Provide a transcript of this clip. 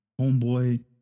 homeboy